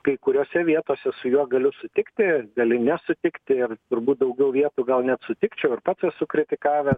kai kuriose vietose su juo galiu sutikti galiu nesutikti ir turbūt daugiau vietų gal net sutikčiau ir pats esu kritikavęs